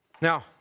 Now